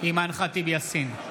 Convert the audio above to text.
אימאן ח'טיב יאסין,